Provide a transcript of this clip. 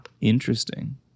Interesting